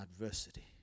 adversity